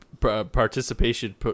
participation